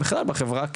בכלל בחברה,